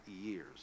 years